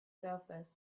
surface